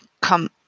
come